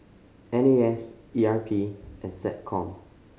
N A S E R P and SecCom